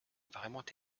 vraiment